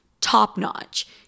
top-notch